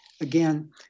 again